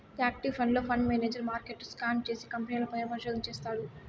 active ఫండ్లో, fund manager మార్కెట్ను scan చేసి, కంపెనీల పైన పరిశోధన చేస్తారు